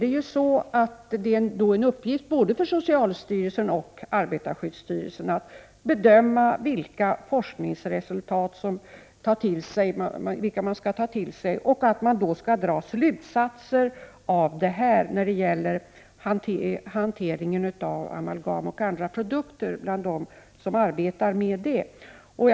Det är en uppgift både för socialstyrelsen och för arbetarskyddsstyrelsen att bedöma forskningsresultat och bestämma vilka slutsatser som skall dras när det gäller hanteringen av amalgam och andra produkter beträffande dem som arbetar med dessa produkter.